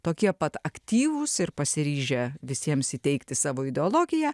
tokie pat aktyvūs ir pasiryžę visiems įteigti savo ideologiją